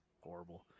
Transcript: horrible